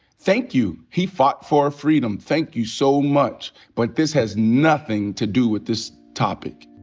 thank you. he fought for our freedom. thank you so much. but this has nothing to do with this topic.